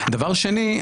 דבר שני,